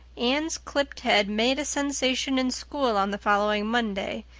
anne's clipped head made a sensation in school on the following monday,